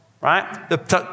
right